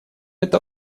это